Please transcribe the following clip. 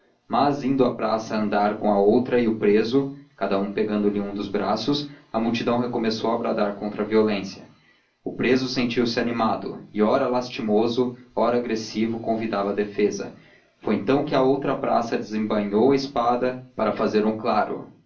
mas indo a praça a andar com a outra e o preso cada uma pegando-lhe um dos braços a multidão recomeçou a bradar contra a violência o preso sentiu-se animado e ora lastimoso ora agressivo convidava a defesa foi então que a outra praça desembainhou a espada para fazer um claro